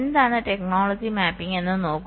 എന്താണ് technology mapping എന്ന് നോക്കൂ